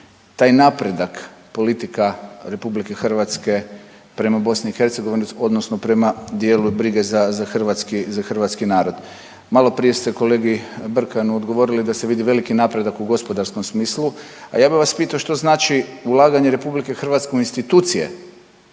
taj napredak politika RH prema BiH odnosno prema dijelu brige za hrvatski, za hrvatski narod. Maloprije ste kolegi Brkanu odgovorili da se vidi veliki napredak u gospodarskom smislu, a ja bi vas pitao što znači ulaganje RH u institucije